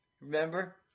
remember